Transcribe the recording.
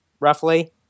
roughly